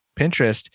pinterest